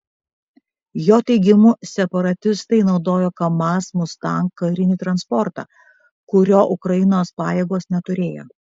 jo teigimu separatistai naudojo kamaz mustang karinį transportą kurio ukrainos pajėgos neturėjo